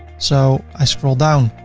so i scroll down